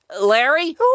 Larry